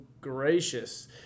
gracious